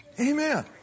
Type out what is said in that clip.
amen